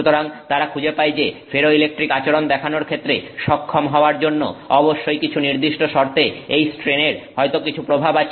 সুতরাং তারা খুঁজে পায় যে ফেরোইলেকট্রিক আচরণ দেখানোর ক্ষেত্রে সক্ষম হবার জন্য অবশ্যই কিছু নির্দিষ্ট শর্তে এই স্ট্রেন এর হয়তো কিছু প্রভাব আছে